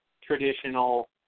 traditional